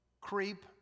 creep